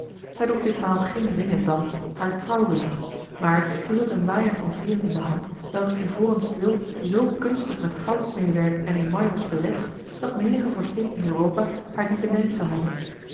zij droeg ditmaal geene ringen dan haar trouwring maar zij hield een waaier van veêren in de hand welks ivoren steel zoo kunstig met goudsmeêwerk en émail was belegd dat menige vorstin in europa haar dien benijd zou hebben